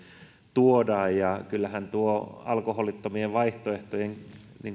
tuodaan ja kyllähän tuo alkoholittomien vaihtoehtojen